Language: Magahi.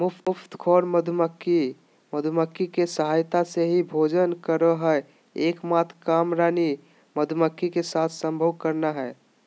मुफ्तखोर मधुमक्खी, मधुमक्खी के सहायता से ही भोजन करअ हई, एक मात्र काम रानी मक्खी के साथ संभोग करना हई